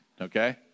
okay